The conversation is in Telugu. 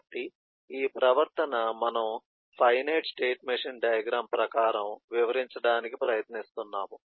కాబట్టి ఈ ప్రవర్తన మనము ఫైనైట్ స్టేట్ మెషీన్ డయాగ్రమ్ ప్రకారం వివరించడానికి ప్రయత్నిస్తున్నాము